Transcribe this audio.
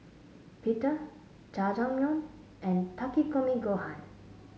Pita Jajangmyeon and Takikomi Gohan